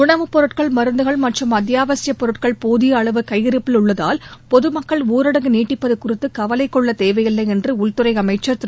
உணவுப் பொருட்கள் மருந்துகள் மற்றும் அத்தியாவசியப் பொருட்கள் போதிய அளவு கையிருப்பில் உள்ளதால் பொதுமக்கள் ஊரடங்கு நீட்டிப்பது குறித்து கவலை கொள்ளத் தேவையில்லை என்று உள்துறை அமைச்சா் திரு